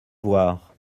voir